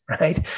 right